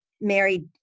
married